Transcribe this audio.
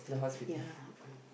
ya